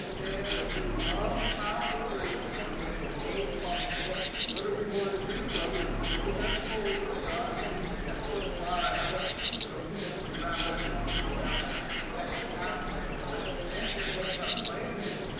and we love power query and the way they name functions. what do we want to do? well, we want to go to that folder dot and get the files. so we simply wrap that function around that text pathway. and when i hit enter, we have landed,